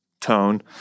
tone